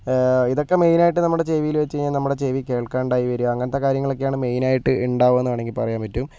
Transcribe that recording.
ഇതൊക്കെ മെയിൻ ആയിട്ട് നമ്മുടെ ചെവിയിൽ വച്ച് കഴിഞ്ഞാൽ നമ്മുടെ ചെവി കേൾക്കാണ്ടായി വരിക അങ്ങനത്തെ കാര്യങ്ങളൊക്കെയാണ് മെയിൻ ആയിട്ട് ഉണ്ടാകുക എന്ന് ആണെങ്കിൽ പറയാൻ പറ്റും